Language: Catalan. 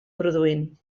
produint